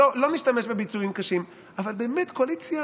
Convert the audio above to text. לא, לא משתמש בביטויים קשים, אבל באמת, קואליציה,